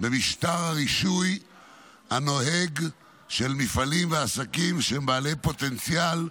במשטר הרישוי הנוהג של מפעלים ועסקים שהם בעלי פוטנציאל.